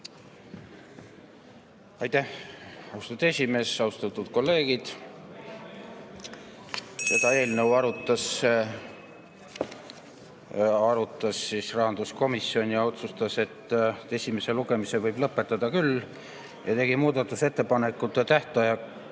Aitäh, austatud aseesimees! Austatud kolleegid! Seda eelnõu arutas rahanduskomisjon ja otsustas, et esimese lugemise võib lõpetada küll. Muudatusettepanekute tähtajaks